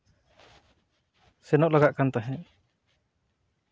ᱥᱮᱱᱚᱜ ᱞᱟᱜᱟᱜ ᱠᱟᱱ ᱛᱟᱦᱮᱸᱫ